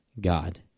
God